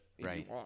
Right